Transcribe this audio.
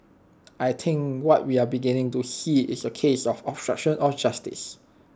I think what we are beginning to see is A case of obstruction of justice